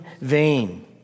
vain